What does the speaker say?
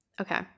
Okay